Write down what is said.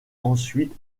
ensuite